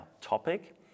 topic